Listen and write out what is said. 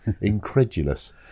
incredulous